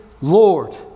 Lord